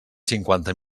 cinquanta